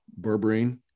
berberine